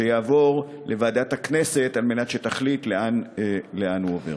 שיעבור לוועדת הכנסת כדי שתחליט לאן הוא עובר.